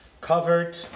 covered